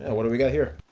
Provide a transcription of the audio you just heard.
and what do we got here?